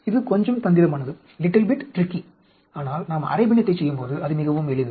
இது கொஞ்சம் தந்திரமானது ஆனால் நாம் அரை பின்னத்தை செய்யும்போது அது மிகவும் எளிது